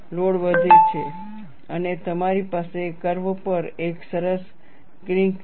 load વધે છે અને તમારી પાસે કર્વ પર એક સરસ કિંક છે